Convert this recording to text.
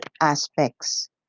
aspects